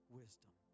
wisdom